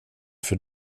för